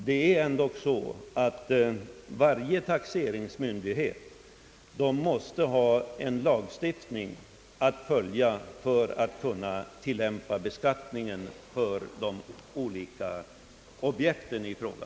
Det är ändock så, att varje taxeringsmyndighet måste ha en lagstiftning att följa för att kunna genomföra beskattningen av objekten i fråga.